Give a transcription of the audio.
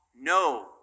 no